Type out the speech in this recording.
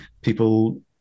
people